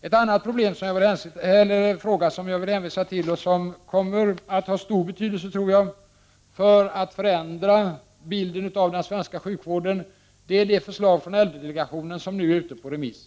En annan sak som jag vill hänvisa till och som jag tror kommer att ha stor betydelse när det gäller att förändra bilden av den svenska sjukvården är det förslag från äldredelegationen som nu är ute på remiss.